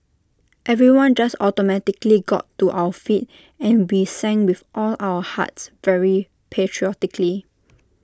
everyone just automatically got to our feet and we sang with all of our hearts very patriotically